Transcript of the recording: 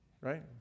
right